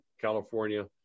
California